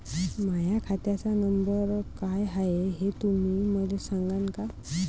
माह्या खात्याचा नंबर काय हाय हे तुम्ही मले सागांन का?